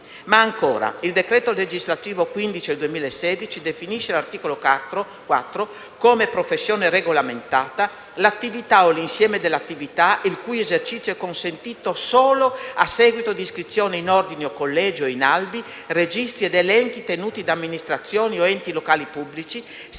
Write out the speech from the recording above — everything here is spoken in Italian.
Ancora, il decreto legislativo n. 15 del 2016 definisce, all'articolo 4, come professione regolamentata l'attività o l'insieme delle attività il cui esercizio è consentito solo a seguito di iscrizione in ordini o collegi o in albi, registri ed elenchi tenuti da amministrazioni o enti locali pubblici,